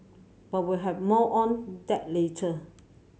but we'll have more on that later